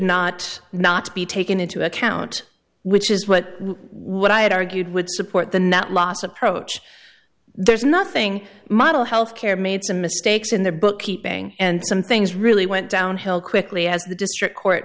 should not not be taken into account which is what what i had argued would support the nat loss approach there's nothing model healthcare made some mistakes in the bookkeeping and some things really went downhill quickly as the district court